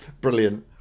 Brilliant